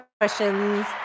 questions